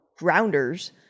grounders